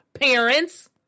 parents